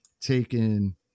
taken